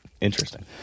interesting